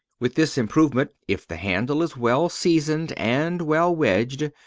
with this improvement, if the handle is well seasoned and well wedged,